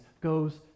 goes